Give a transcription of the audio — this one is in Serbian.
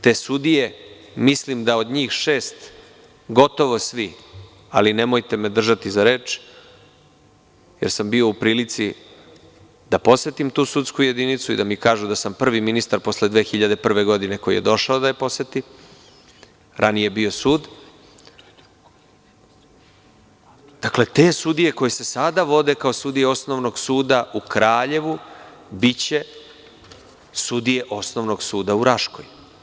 Te sudije, mislim da od njih šest gotovo svi, ali nemojte me držati za reč, jer sam bio u prilici da posetim tu sudsku jedinicu i da mi kažu da sam prvi ministar posle 2001. godine koji je došao da je poseti, ranije je bio sud, koje se sada vode kao sudije Osnovnog suda u Kraljevu biće sudije Osnovnog suda u Raškoj.